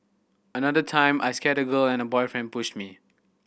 another time I scared a girl and her boyfriend pushed me